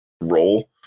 role